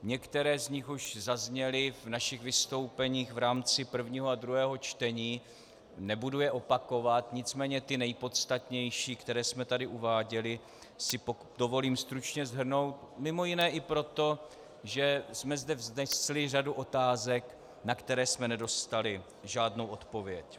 Některé z nich už zazněly v našich vystoupeních v rámci prvního a druhého čtení, nebudu je opakovat, nicméně ty nejpodstatnější, které jsme tady uváděli, si dovolím stručně shrnout, mimo jiné i proto, že jsme zde vznesli řadu otázek, na které jsme nedostali žádnou odpověď.